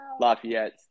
Lafayette